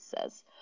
says